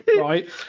right